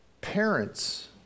parents